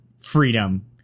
freedom